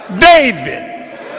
David